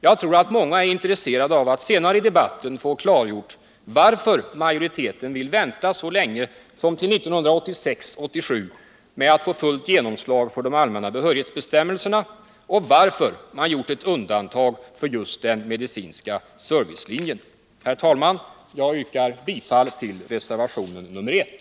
Jag tror att många är intresserade av att senare i debatten få klargjort varför majoriteten vill vänta så länge som till 1986/87 med att få fullt genomslag för de allmänna behörighetsbestämmelserna och varför man gjort ett undantag för just den medicinska servicelinjen. Herr talman! Jag yrkar bifall till reservationen nr 1.